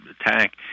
attack